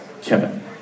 Kevin